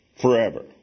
forever